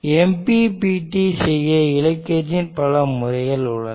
MPPT செய்ய இலக்கியத்தில் பல முறைகள் உள்ளன